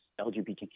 lgbtq